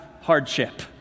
hardship